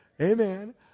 Amen